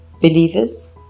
believers